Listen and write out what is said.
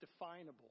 definable